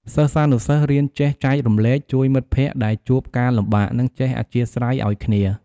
សិស្សានុសិស្សរៀនចេះចែករំលែក ជួយមិត្តភក្តិដែលជួបការលំបាក និងចេះអធ្យាស្រ័យឲ្យគ្នា។